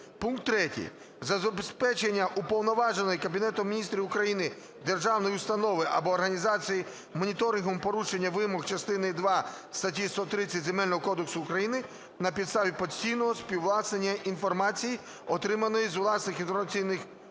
3. Забезпечення уповноваженої Кабінетом Міністрів України державної установи або організації моніторингом порушення вимог частини 2 статті 130 Земельного кодексу України на підставі постійного співставлення інформації, отриманої з власних інформаційних баз